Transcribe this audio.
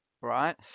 right